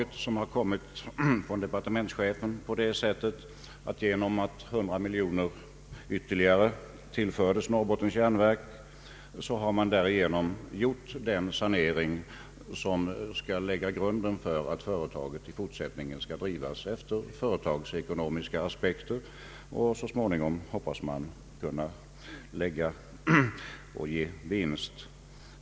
På vårt håll ville vi tolka departementschefens förslag på det sättet att genom att ytterligare 100 miljoner kronor tillförs Norrbottens Järnverk har den sanering skett som skall lägga grunden till att företaget i fortsättningen skall drivas efter företagsekonomiska principer och så småningom förhoppningsvis också ge vinst.